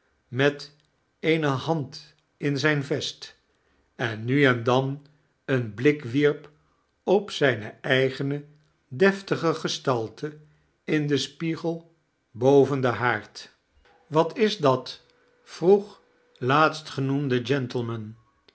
met eene hand in zijn vest en nu en dan een blik wierp op zijne eigene deftdge gestalte in den spiegel boven den haard wat is dat vroeg laatsgenoemde